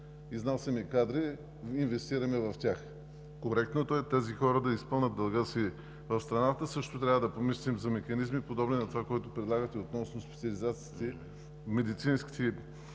изнася кадри, а ние инвестираме в тях. Коректното е тези хора да изпълнят дълга си в страната. Също трябва да помислим и за механизмите, подобни на това, което предлагате относно специализациите на тези,